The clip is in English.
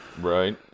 right